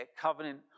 covenant